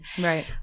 Right